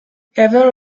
haven